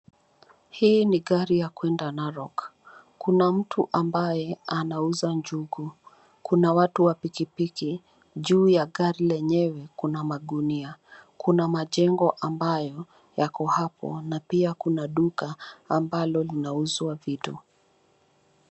Hii ni gari la kwenda Narok. Kuna mtu ambaye anauza njugu. Kuna watu wa pikipiki. Juu ya gari lenyewe kuna magunia. Kuna majengo ambayo yako hapo, na pia kuna duka ambalo linauza vitu